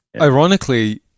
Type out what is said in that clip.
Ironically